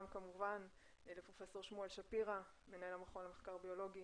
גם כאן וגם כמובן לפרופסור שמואל שפירא מנהל המכון למחקר ביולוגי,